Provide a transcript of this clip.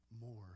more